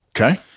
Okay